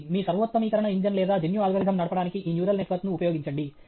మీ సర్వోత్తమీకరణ ఇంజిన్ లేదా జన్యు అల్గోరిథం నడపడానికి ఈ న్యూరల్ నెట్వర్క్ను ఉపయోగించండి